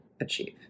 achieve